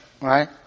Right